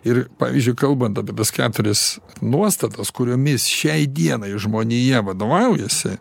ir pavyzdžiui kalbant apie keturias nuostatas kuriomis šiai dienai žmonija vadovaujasi